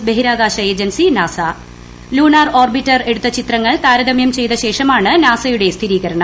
ബ്രിഹിരാകാശ agency NASA lunar orbiter എടുത്ത ചിത്രങ്ങൾ താരതമ്യം ചെയ്ത ശേഷമാണ് നാസയുടെ സ്ഥിരീകരണം